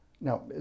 Now